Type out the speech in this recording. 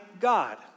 God